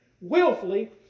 willfully